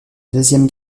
deuxième